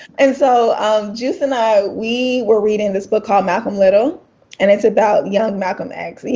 and so um juice and i, we were reading this book called malcolm little and it's about young malcolm x.